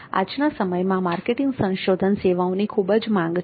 આજના સમયમાં માર્કેટિંગ સંશોધન સેવાઓની ખૂબ જ માંગ છે